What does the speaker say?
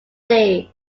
days